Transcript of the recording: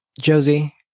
Josie